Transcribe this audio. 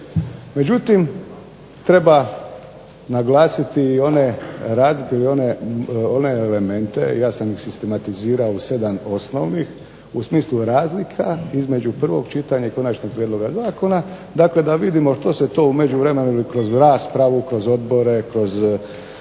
Međutim, treba naglasiti i one, razviti i one elemente ja sam ih sistematizirao u sedam osnovnih u smislu razlika, između prvog čitanja i konačnog prijedloga zakona. Dakle, da vidimo što se to u međuvremenu ili kroz raspravu, kroz odbore, kroz